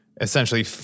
essentially